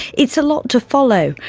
it's a lot to follow,